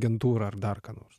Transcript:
agentūrą ar dar ką nors